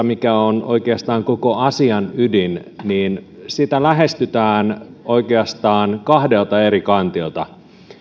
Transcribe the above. mikä on oikeastaan koko asian ydin lähestytään oikeastaan kahdelta eri kantilta